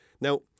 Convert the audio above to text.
Now